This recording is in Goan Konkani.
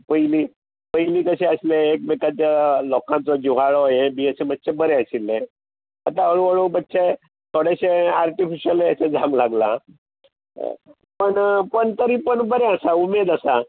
पयलीं पयलीं कशें आसलें एकमेकांचो लोकांचो जुगाडो ये बी मातशें बरें आशिल्ले आतां हळूहळू मातशें थोडेशे आर्टीफिशल जावंक लागलां पूण तरी पूण बरें आसा उमेद आसा